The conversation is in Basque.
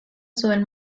zuen